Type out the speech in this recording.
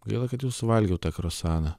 gaila kad jau suvalgiau tą kruasaną